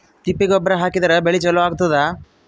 ತಿಪ್ಪಿ ಗೊಬ್ಬರ ಹಾಕಿದ್ರ ಬೆಳಿ ಚಲೋ ಆಗತದ?